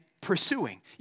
pursuing